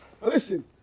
Listen